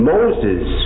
Moses